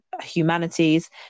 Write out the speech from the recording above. humanities